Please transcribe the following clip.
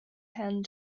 hand